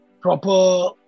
proper